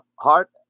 heart